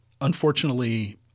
unfortunately